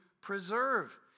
preserve